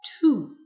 two